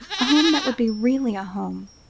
a home that would be really a home,